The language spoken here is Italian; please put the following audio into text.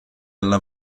alla